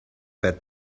that